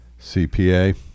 CPA